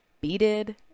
beaded